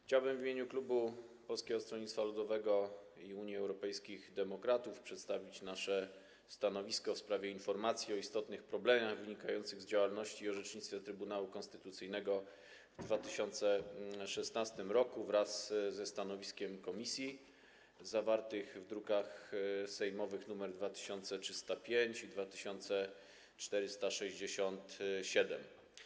Chciałbym w imieniu klubu Polskiego Stronnictwa Ludowego i Unii Europejskich Demokratów przedstawić stanowisko w sprawie informacji o istotnych problemach wynikających z działalności i orzecznictwa Trybunału Konstytucyjnego w 2016 r. wraz ze stanowiskiem komisji, druki sejmowe nr 2305 i 2467.